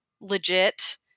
legit